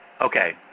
Okay